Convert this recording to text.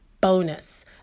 bonus